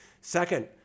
Second